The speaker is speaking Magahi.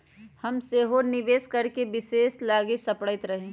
हम सेहो निवेश करेके विषय लागी सपड़इते रही